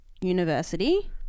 university